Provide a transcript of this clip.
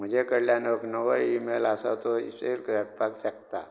म्हजे कडल्यान एक नवो ईमेल आसा तो रिसिव करपाक शकता